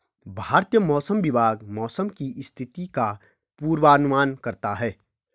भारतीय मौसम विभाग मौसम की स्थिति का पूर्वानुमान करता है